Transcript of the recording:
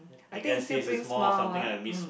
I think it still brings smile ah mm